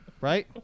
Right